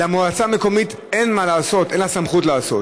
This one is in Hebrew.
למועצה המקומית אין מה לעשות, אין לה סמכות לעשות.